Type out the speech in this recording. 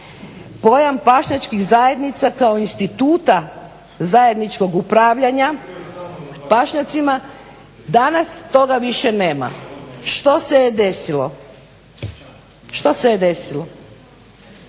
Pojam pašnjačkih zajednica kao instituta zajedničkog upravljanja pašnjacima, danas toga više nema. Što se desilo? Što se desilo,